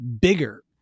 bigger